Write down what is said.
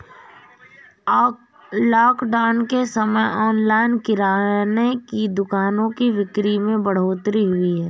lockdown के समय online किराने की दुकानों की बिक्री में बढ़ोतरी हुई है